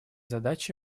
задачи